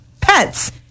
pets